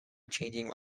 changing